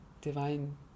divine